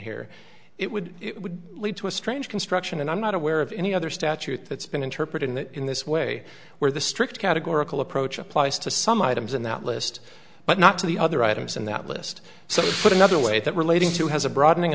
here it would it would lead to a strange construction and i'm not aware of any other statute that's been interpreted in that in this way where the strict categorical approach applies to some items in that list but not to the other items in that list so put another way that relating to has a broadening